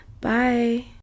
Bye